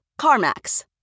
CarMax